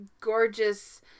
gorgeous